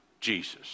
Jesus